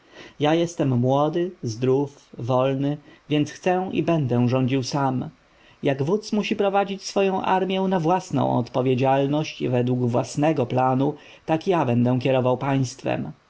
ja jestem młody zdrów wolny więc chcę i będę rządził sam jak wódz musi prowadzić swoją armję na własną odpowiedzialność i według własnego planu tak ja będę kierował państwem